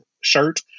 shirt